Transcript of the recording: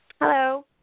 Hello